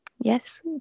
Yes